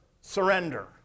surrender